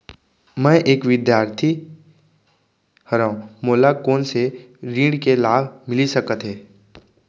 मैं एक विद्यार्थी हरव, मोला कोन से ऋण के लाभ मिलिस सकत हे?